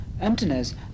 emptiness